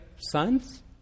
sons